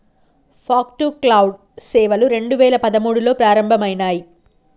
fog to cloud సేవలు రెండు వేల పదమూడులో ప్రారంభమయినాయి